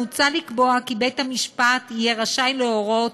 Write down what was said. מוצע לקבוע כי בית-המשפט יהיה רשאי להורות